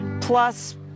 plus